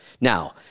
Now